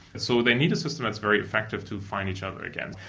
so they need a system that's very effective to find each other again.